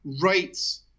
rights